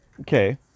okay